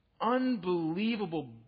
unbelievable